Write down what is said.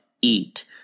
eat